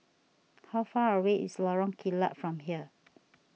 how far away is Lorong Kilat from here